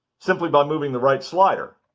simply by moving the right slider.